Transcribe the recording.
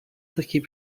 takiej